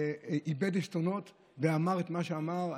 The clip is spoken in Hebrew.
איבד עשתונות ואמר את מה שאמר.